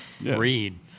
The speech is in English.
read